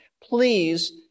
please